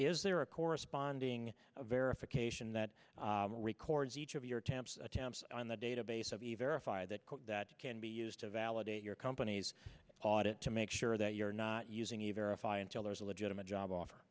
is there a corresponding verification that records each of your taps attempts in the database of either that can be used to validate your company's audit to make sure that you're not using a verify until there's a legitimate job offer